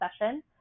session